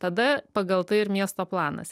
tada pagal tai ir miesto planas